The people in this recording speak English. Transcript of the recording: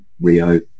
Rio